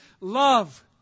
love